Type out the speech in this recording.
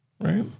right